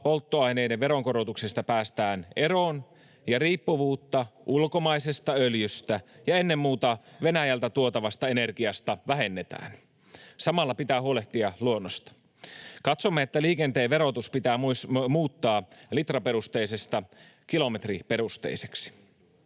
polttoaineiden veronkorotuksista päästään eroon ja riippuvuutta ulkomaisesta öljystä ja ennen muuta Venäjältä tuotavasta energiasta vähennetään. Samalla pitää huolehtia luonnosta. Katsomme, että liikenteen verotus pitää muuttaa litraperusteisesta kilometriperusteiseksi.